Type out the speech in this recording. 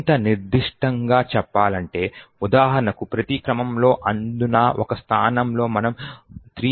మరింత నిర్దిష్టంగా చెప్పాలంటే ఉదాహరణకు ప్రతి క్రమంలో అందునా ఒక స్థానంలో మనం 3